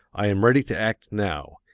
i am ready to act now,